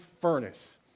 furnace